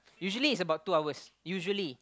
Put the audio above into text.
usually it's about two hours usually